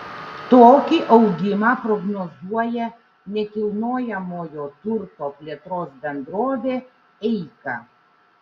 tokį augimą prognozuoja nekilnojamojo turto plėtros bendrovė eika